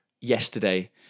yesterday